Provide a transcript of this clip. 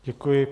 Děkuji.